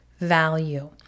value